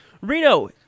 Reno